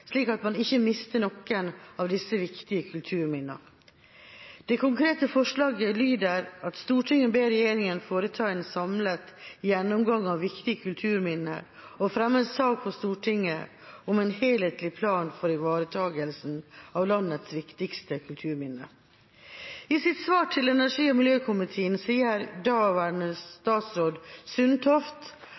slik at man ikke mister noen av disse viktige kulturminnene. Det konkrete forslaget lyder: «Stortinget ber regjeringen foreta en samlet gjennomgang av viktige kulturminner og fremme en sak for Stortinget om en helhetlig plan for ivaretagelsen av landets viktigste kulturminner.» I sitt svar til energi- og miljøkomiteen sier daværende statsråd Sundtoft